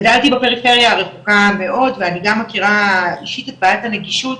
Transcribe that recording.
גדלתי בפריפריה הרחוקה מאוד ואני גם מכירה אישית את בעיית הנגישות,